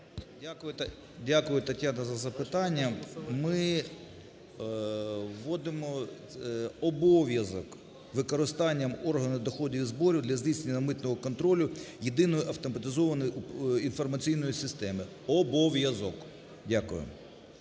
Дякую, Тетяно, за запитання. Ми вводимо обов'язок використання органами доходів і зборів для здійснення митного контролю Єдиної автоматизованої інформаційної системи. Обов'язок. Дякую.